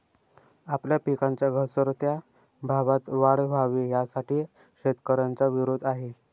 आपल्या पिकांच्या घसरत्या भावात वाढ व्हावी, यासाठी शेतकऱ्यांचा विरोध आहे